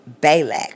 Balak